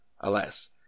Alas